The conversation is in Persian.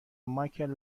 مایکل